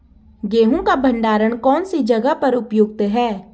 गेहूँ का भंडारण कौन सी जगह पर उपयुक्त है?